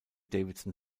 davidson